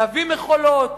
להביא מכולות,